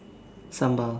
sambal